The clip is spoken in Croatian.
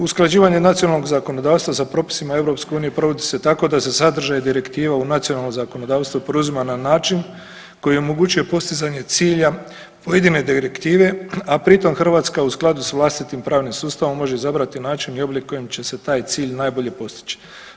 Usklađivanje nacionalnog zakonodavstva sa propisima EU provodi se tako da se sadržaj direktiva u nacionalno zakonodavstvo preuzima na način koji omogućuje postizanje cilja pojedine direktive, a pritom Hrvatska u skladu s vlastitim pravnim sustavom može izabrati način i oblik kojim će se taj cilj najbolje postići.